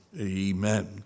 amen